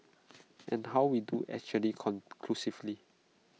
and how we do actually conclusively